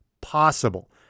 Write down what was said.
possible